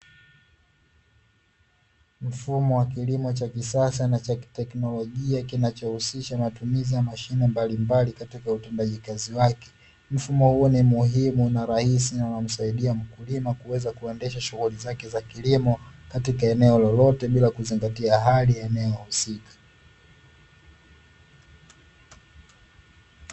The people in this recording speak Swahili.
Mfumo wa kilimo cha kisasa na cha kiteknolojia kinachohusisha matumizi ya mashine mbalimbali katika utendaji kazi wake. Mfumo huu ni muhimu na rahisi na unamsaidia mkulima kuweza kuendesha shughuli zake za kilimo katika eneo lolote bila kuzingatia hali ya eneo husika.